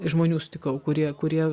žmonių sutikau kurie kurie